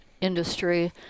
industry